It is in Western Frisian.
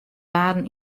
waarden